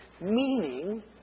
meaning